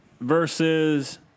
Versus